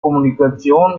kommunikation